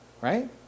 Right